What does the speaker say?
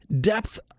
depth